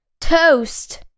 toast